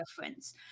difference